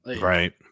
Right